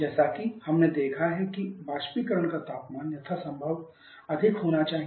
जैसा कि हमने देखा है कि वाष्पीकरण का तापमान यथासंभव अधिक होना चाहिए